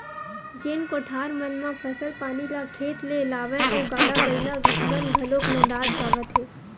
जेन कोठार मन म फसल पानी ल खेत ले लावय ओ गाड़ा बइला मन घलोक नंदात जावत हे